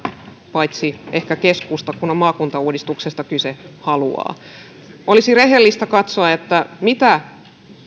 paitsi ehkä keskusta kun on maakuntauudistuksesta kyse ei halua olisi rehellistä katsoa mitä